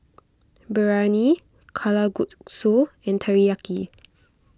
Biryani Kalguksu and Teriyaki